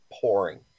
pouring